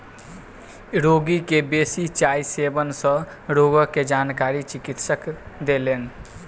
रोगी के बेसी चाय सेवन सँ रोगक जानकारी चिकित्सक देलैन